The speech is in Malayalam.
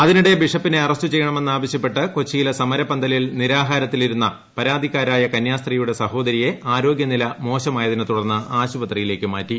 അതിനിടെ ബിഷപ്പിനെ അറസ്റ്റ് ചെയ്യണമെന്നാവശ്യപ്പെട്ട് കൊച്ചിയിലെ സമരപന്തലിൽ നിരാഹാരത്തിലായിരുന്ന പരാതിക്കാരായ കന്യാസ്ത്രീയുടെ സഹോദരിയെ ആരോഗ്യനില മോശമായതിനെ തുടർന്ന് ആശുപത്രിയിലേക്ക് മാറ്റി